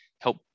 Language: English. help